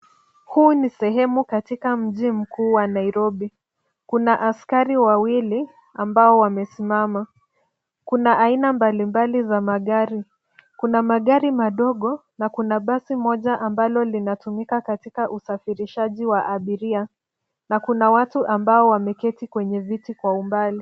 Huu ni sehemu katika mji mkuu wa nairobi. Kuna askari wawili ambao wamesimama. Kuna aina mbalimbali za magari, kuna magari madogo na kuna basi moja ambalo linatumika katika usafirishaji wa abiria na kuna watu ambao wameketi kwenye viti kwa umbali.